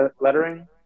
lettering